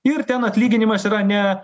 ir ten atlyginimas yra ne